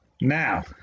Now